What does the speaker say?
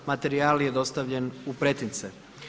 Materijal je dostavljen u pretince.